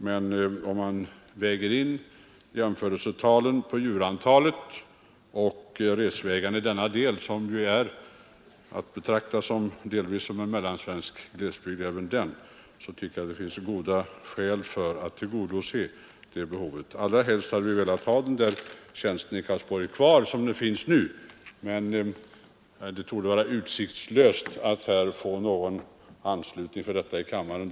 Men om man väger samman djurantalet och resvägarna i denna del av landet, som ju är att betrakta som en mellansvensk glesbygd, tycker jag att det finns goda skäl för att tillgodose detta behov. Allra helst hade vi velat ha kvar tjänsten i Karlsborg, men det torde vara utsiktslöst att få någon anslutning till detta förslag här i kammaren.